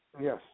Yes